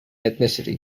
ethnicity